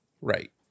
right